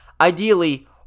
Ideally